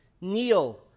kneel